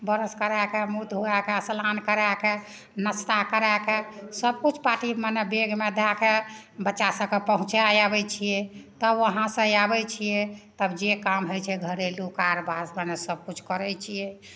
बरस करए कए मुँह धोअए कए स्नान करए कए नश्ता करए कए सबकुछ पाटी मने बेग दए कए बच्चा सब कए पहुँचए आबै छियै तब ओहाँ सए आबै छियै तब जे काम होइ छै घरेलू कारबार मने सब कुछ करै छियै